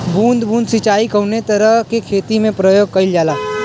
बूंद बूंद सिंचाई कवने तरह के खेती में प्रयोग कइलजाला?